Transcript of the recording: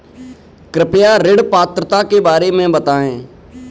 कृपया ऋण पात्रता के बारे में बताएँ?